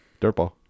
dirtball